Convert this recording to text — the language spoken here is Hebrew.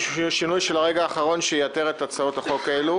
שינוי של הרגע האחרון שייתר את ההצעות הללו.